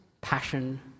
passion